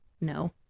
No